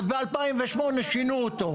אז ב-2008 שינו אותו.